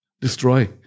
destroy